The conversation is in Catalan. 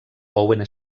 owen